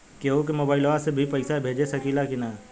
केहू के मोवाईल से भी पैसा भेज सकीला की ना?